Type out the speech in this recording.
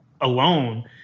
alone